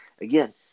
again